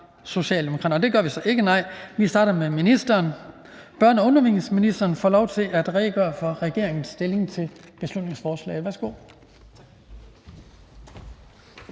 til at være tilfældet, så vi starter med børne- og undervisningsministeren, der vil redegøre for regeringens stilling til beslutningsforslaget. Værsgo.